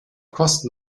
kosten